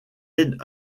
est